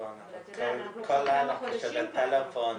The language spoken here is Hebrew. שכשאני מבקשת הפתרון צריך להיות מלא.